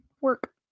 work